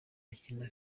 akina